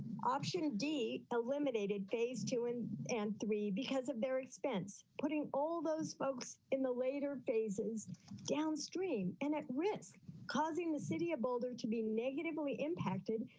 option d eliminated phase two and and three because of their expense. putting all those folks in the later phases downstream and at risk causing the city of boulder to be negatively impacted